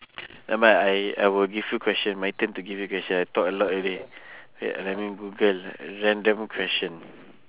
nevermind I I will give you question my turn to give you question I talk a lot already wait let me google random question